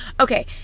Okay